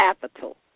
capital